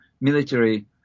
military